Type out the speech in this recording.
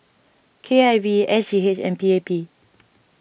K I V S G H and P A P